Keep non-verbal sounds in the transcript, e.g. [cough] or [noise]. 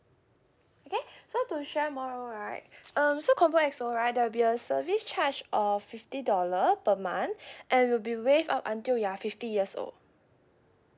okay so to share more right um so combo X_O right there will be a service charge of fifty dollar per month [breath] and will be waived up until you are fifty years old